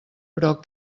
però